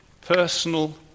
personal